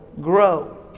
grow